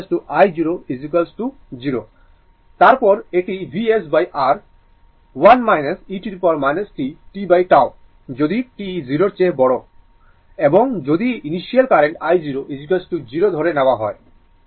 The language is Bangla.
এবং i t i0 i0 0 তারপর এটি VsR 1 e t tτ যদি t 0 এর চেয়ে বড় এবং যদি ইনিশিয়াল কারেন্ট i0 0 ধরে নেওয়া হয় এটি ইকুয়েসান 76